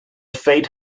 fate